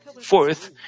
fourth